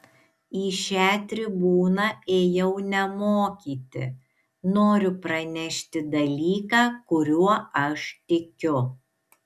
į šią tribūną ėjau ne mokyti noriu pranešti dalyką kuriuo aš tikiu